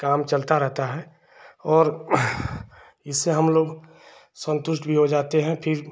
काम चलता रहता है और इससे हमलोग सन्तुष्ट भी हो जाते हैं फिर